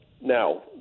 Now